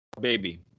Baby